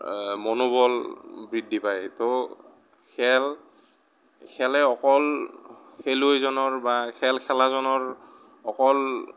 মনোবল বৃদ্ধি পায় ত' খেল খেলে অকল খেলুৱৈজনৰ বা খেল খেলা জনৰ অকল